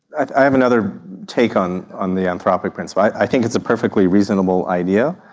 i have another take on on the anthropic principle. i think it's a perfectly reasonable idea.